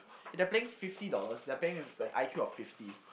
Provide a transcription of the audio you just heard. if they're paying fifty dollars they are paying with an I_Q of fifty